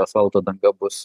asfalto danga bus